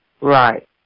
Right